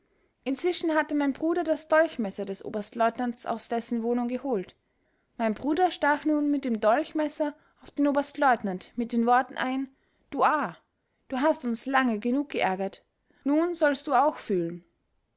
inzwischen hatte mein bruder das dolchmesser des oberstleutnants aus dessen wohnung geholt mein bruder stach nun mit dem dolchmesser auf den oberstleutnant mit den worten ein du a du hast uns lange genug geärgert nun sollst du auch fühlen